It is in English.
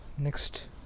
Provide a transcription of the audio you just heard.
Next